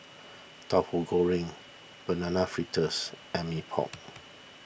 Tauhu Goreng Banana Fritters and Mee Pok